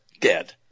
dead